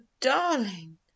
darling